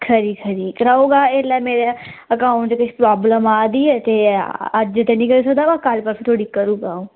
खरी खरी कराई ओड़गा ऐह्ले मेरे अकाउंट च केश प्राब्लम आ दी ऐ ते अज्ज ते नि करी सकदा पर कल परसूं तक करी ओड़गा अं'ऊ